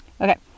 Okay